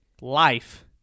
life